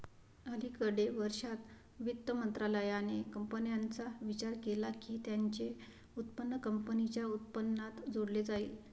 अलिकडे वर्षांत, वित्त मंत्रालयाने कंपन्यांचा विचार केला की त्यांचे उत्पन्न कंपनीच्या उत्पन्नात जोडले जाईल